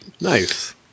Nice